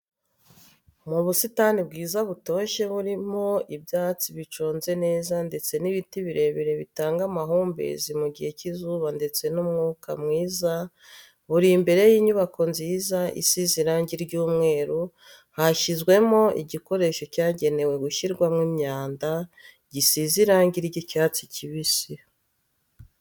Mu busitani bwiza butoshye burimo ibyatsi biconze neza ndetse n'ibiti birebire bitanga amahumbezi mu gihe cy'izuba ndetse n'umwuka mwiza buri imbere y'inyubako nziza isize irangi ry'umweru hashyizwemo igikoresho cyagenewe gushyirwamo imyanda gisizwe irangi ry'icyatsi kibisi.